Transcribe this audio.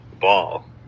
ball